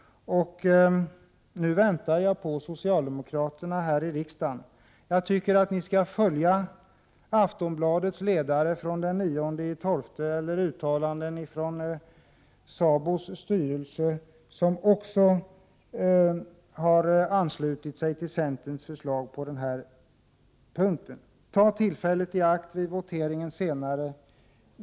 Nu väntar jag på socialdemokraterna här i riksdagen. Jag tycker att ni skall följa Aftonbladets ledare från den 9/12 eller ett uttalande från SABO:s styrelse, som också har anslutit sig till centerns förslag på den här punkten. Tag tillfället i akt vid voteringen senare!